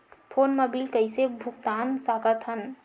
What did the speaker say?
Phone मा bill कइसे भुक्तान साकत हन?